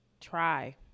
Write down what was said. try